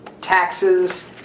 taxes